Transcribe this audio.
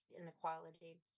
inequality